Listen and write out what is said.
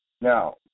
Now